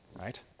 right